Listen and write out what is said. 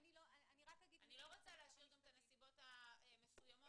אני לא רוצה להשאיר את הנסיבות המסוימות פתוח ופרוץ.